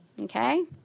Okay